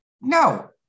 no